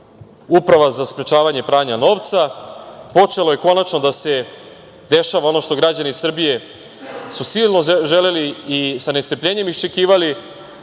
Uprava za sprečavanje pranja novca. Počelo je konačno da se dešava ono što su građani Srbije silno želeli i sa nestrpljenjem iščekivali,